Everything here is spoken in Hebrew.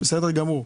בסדר גמור.